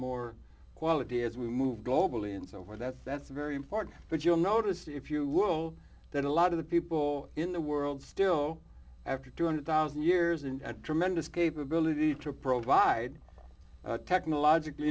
more quality as we move globally and so where that that's very important but you'll notice if you will that a lot of the people in the world still after two hundred thousand years and tremendous capability to provide technological